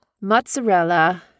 mozzarella